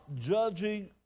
judging